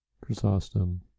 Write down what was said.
Chrysostom